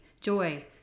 Joy